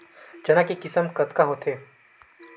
चना के किसम कतका होथे?